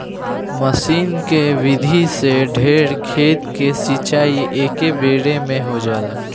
मसीन के विधि से ढेर खेत के सिंचाई एकेबेरे में हो जाला